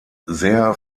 sehr